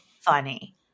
funny